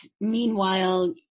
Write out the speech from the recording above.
meanwhile